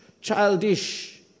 Childish